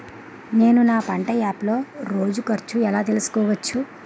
నేను నా పంట యాప్ లో రోజు ఖర్చు ఎలా తెల్సుకోవచ్చు?